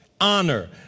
honor